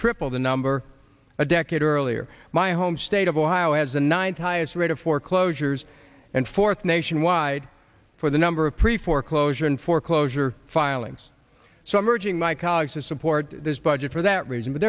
triple the number a decade earlier my home state of ohio has a ninety s rate of foreclosures and fourth nationwide for the number of pre foreclosure and foreclosure filings so i'm urging my colleagues to support this budget for that reason but